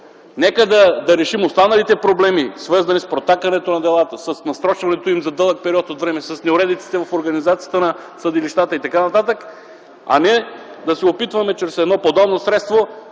Нека да решим останалите проблеми, свързани с протакането на делата, с насрочването им за дълъг период от време, с неуредиците в организацията на съдилищата и така нататък, а не да се опитваме чрез едно подобно средство,